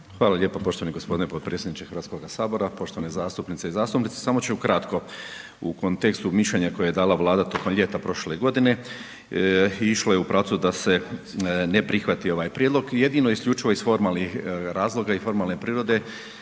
Hvala lijepo poštovani gospodine podpredsjedniče Hrvatskoga sabora, poštovane zastupnice i zastupnici. Samo ću u kratko, u kontekstu mišljenja koje je dala Vlada tokom ljeta prošle godine išlo je u pravcu da se ne prihvati ovaj Prijedlog jedino isključivo iz formalnih razloga i formalne prirode